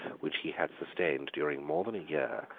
which he had sustained during more than a year,